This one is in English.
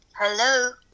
hello